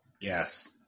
yes